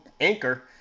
anchor